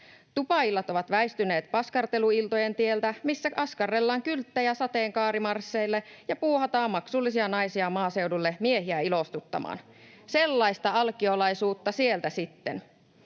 Tupaillat ovat väistyneet paskarteluiltojen tieltä, missä askarrellaan kylttejä sateenkaarimarsseille ja puuhataan maksullisia naisia maaseudulle miehiä ilostuttamaan — sellaista alkiolaisuutta sieltä sitten.